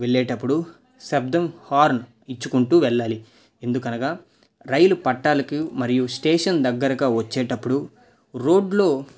వెళ్ళేటప్పుడు శబ్దం హార్న్ ఇచ్చుకుంటూ వెళ్ళాలి ఎందుకనగా రైలు పట్టాలకు మరియు స్టేషన్ దగ్గరగా వచ్చేటప్పుడు రోడ్లో